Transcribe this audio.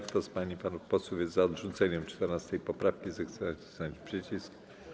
Kto z pań i panów posłów jest za odrzuceniem 14. poprawki, zechce nacisnąć przycisk.